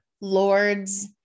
lord's